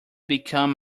become